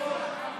אני